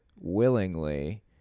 willingly